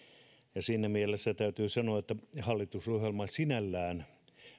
siinä mielessä täytyy sanoa että hallitusohjelma sinällään